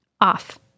Off